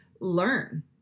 learn